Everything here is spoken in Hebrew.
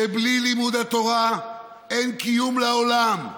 שבלי לימוד התורה אין קיום לעולם.